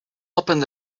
opened